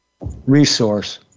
resource